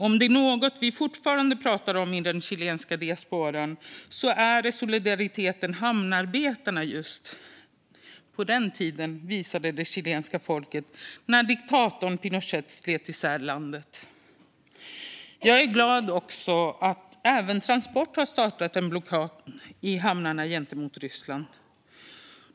Om det är något vi fortfarande pratar om i den chilenska diasporan är det solidariteten hamnarbetarna på den tiden visade det chilenska folket när diktatorn Pinochet slet isär landet. Jag är också glad att även Transport har startat en blockad i hamnarna gentemot Ryssland.